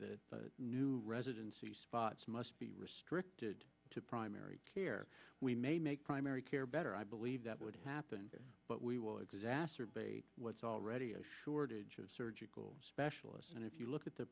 that new residency spots must be restricted to primary care we may make primary care better i believe that would happen but we will exacerbate what's already a shortage of surgical specialists and if you look at the